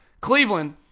Cleveland